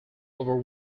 over